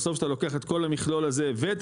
בסוף שאתה לוקח את כל המכלול הזה ואת